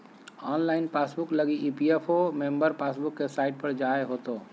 online passbook लगी EPFO member passbook के site पर जाय होतो